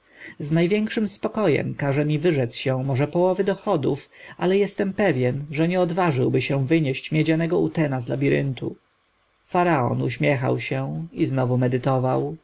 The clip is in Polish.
więzienia z największym spokojem każe mi wyrzec się może połowy dochodów ale jestem pewny że nie odważyłby się wynieść miedzianego utena z labiryntu faraon uśmiechał się i znowu medytował